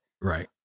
Right